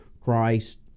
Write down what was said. Christ